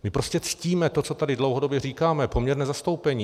My prostě ctíme to, co tady dlouhodobě říkáme, poměrné zastoupení.